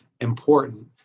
important